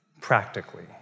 practically